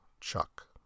Chuck